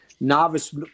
novice